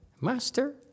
Master